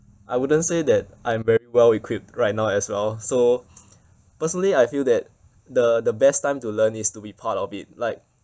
I wouldn't say that I'm very well equipped right now as well so personally I feel that the the best time to learn is to be part of it like